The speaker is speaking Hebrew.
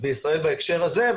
בישראל בהקשר הזה,